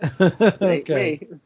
Okay